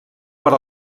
per